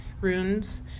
runes